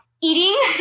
eating